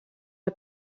del